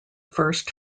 first